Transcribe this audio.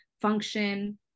function